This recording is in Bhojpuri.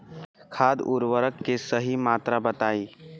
खाद उर्वरक के सही मात्रा बताई?